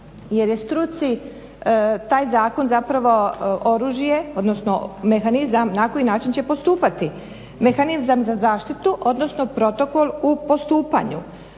jer je struci taj zakon zapravo oružje, odnosno mehanizam na koji način će postupati, mehanizam za zaštitu odnosno protokol u postupanju.